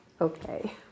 Okay